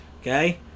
Okay